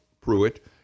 Pruitt